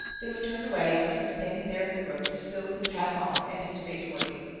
then we turned away and left him standing there in the road, still with his hat off and his face working.